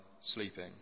sleeping